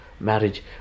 marriage